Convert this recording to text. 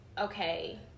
okay